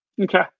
Okay